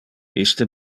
iste